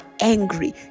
angry